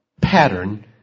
pattern